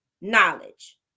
knowledge